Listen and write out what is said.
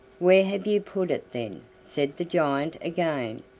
where have you put it then? said the giant again.